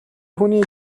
хүний